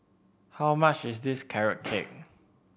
how much is this Carrot Cake